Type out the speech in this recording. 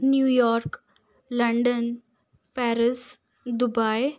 New York London Paris Dubai